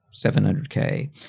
700K